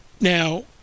Now